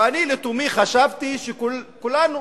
ואני לתומי חשבתי שכולנו